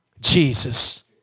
Jesus